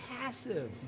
passive